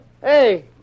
hey